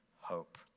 hope